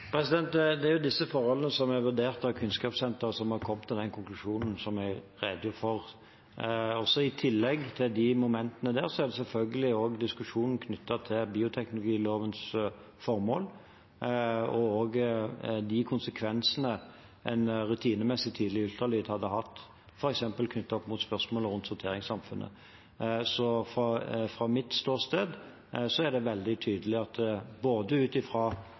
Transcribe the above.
Det er jo disse forholdene som er vurdert av Kunnskapssenteret, som har kommet til den konklusjonen jeg redegjorde for. I tillegg til disse momentene er det selvfølgelig også diskusjonen om bioteknologilovens formål og de konsekvensene rutinemessig tidlig ultralyd ville hatt, f.eks. knyttet til spørsmålet om sorteringssamfunnet. Fra mitt ståsted er det veldig tydelig, både ut